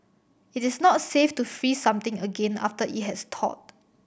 it is not safe to freeze something again after it has thawed